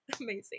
amazing